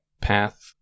path